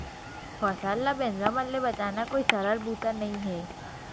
फसल ल बेंदरा मन ले बचाना कोई सरल बूता नइ हे